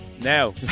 Now